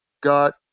got